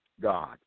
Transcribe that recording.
God